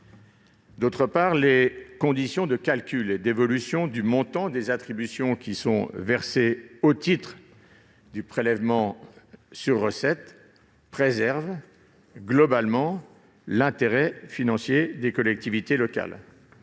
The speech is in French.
Deuxièmement, les conditions de calcul et d'évolution du montant des attributions qui sont versées au titre du prélèvement sur recettes préservent dans leur ensemble l'intérêt financier des collectivités locales.